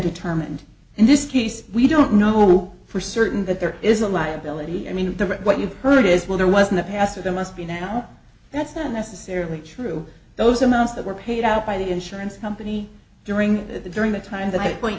determined in this case we don't know for certain that there is a liability i mean the right what you've heard is well there wasn't a pastor there must be now that's not necessarily true those amounts that were paid out by the insurance company during the during the time that i point